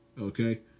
Okay